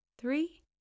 three